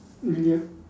really ah